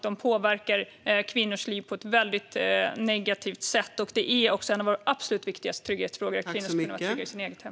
De påverkar kvinnors liv på ett väldigt negativt sätt, och det är en av våra absolut viktigaste trygghetsfrågor att kvinnor ska kunna röra sig i sitt eget hem.